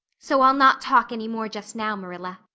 so i'll not talk any more just now, marilla.